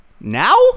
Now